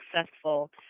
successful